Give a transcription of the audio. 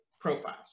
profiles